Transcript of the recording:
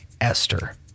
Esther